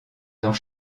dans